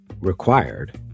required